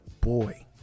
boy